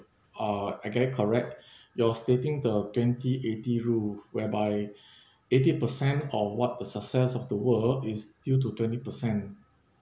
uh I get it correct you're stating the twenty eighty rule whereby eighty percent or what the success of the world is due to twenty percent